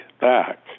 back